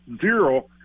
zero